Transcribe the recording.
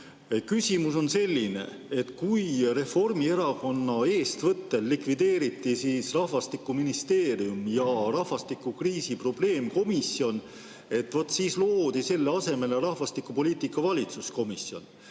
Küsimus on selline, et kui Reformierakonna eestvõttel likvideeriti rahvastikuministeerium ja rahvastikukriisi probleemkomisjon, vaat siis loodi selle asemele rahvastikupoliitika valitsuskomisjon.